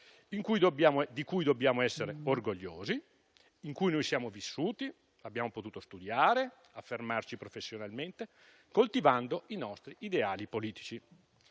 di cui dobbiamo essere orgogliosi, in cui siamo vissuti, abbiamo potuto studiare e affermarci professionalmente, coltivando i nostri ideali politici.